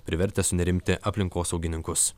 privertęs sunerimti aplinkosaugininkus